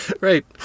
Right